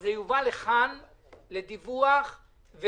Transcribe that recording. לדיווח,